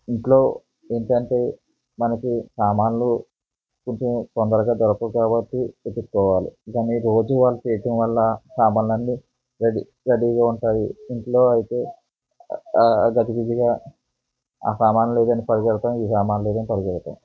ఇంట్లో ఏంటంటే మనకి సామాన్లు కొంచెం తొందరగా దొరకవు కాబట్టి తెప్పించుకోవాలి కానీ రోజూ వాళ్ళు చేయటం వల్ల సామాన్లు అన్నీ రెడీ రెడీగా ఉంటాయి ఇంట్లో అయితే గజిబిజిగా ఆ సామాన్లు లేదని పరిగెడతాము ఈ సామాన్ లేదని పరిగెడతాము